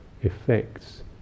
effects